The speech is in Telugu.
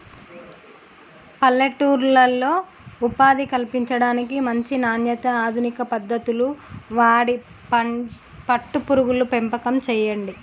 పల్లెటూర్లలో ఉపాధి కల్పించడానికి, మంచి నాణ్యత, అధునిక పద్దతులు వాడి పట్టు పురుగుల పెంపకం చేయడం